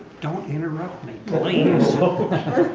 don't interrupt me, please